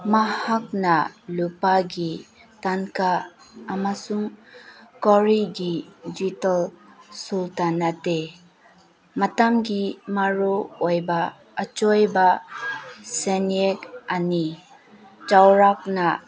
ꯃꯍꯥꯛꯅ ꯂꯨꯄꯥꯒꯤ ꯇꯥꯟꯀꯥ ꯑꯃꯁꯨꯡ ꯀꯣꯔꯤ ꯅꯠꯇꯦ ꯃꯇꯝꯒꯤ ꯃꯔꯨꯑꯣꯏꯕ ꯑꯆꯣꯏꯕ ꯁꯦꯟꯌꯦꯛ ꯑꯅꯤ ꯆꯥꯎꯔꯥꯛꯅ